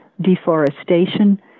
deforestation